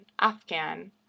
Afghan